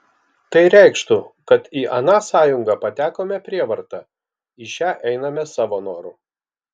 tai reikštų kad į aną sąjungą patekome prievarta į šią einame savo noru